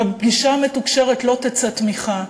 ובפגישה המתוקשרת לא תצא תמיכה,